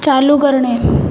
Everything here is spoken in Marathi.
चालू करणे